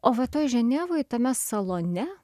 o va toj ženevoj tame salone